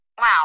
Wow